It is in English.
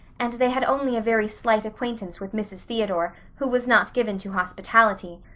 and they had only a very slight acquaintance with mrs. theodore, who was not given to hospitality.